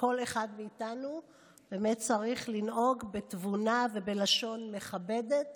שכל אחד מאיתנו באמת צריך לנהוג בתבונה ובלשון מכבדת